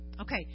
Okay